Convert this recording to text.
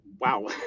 wow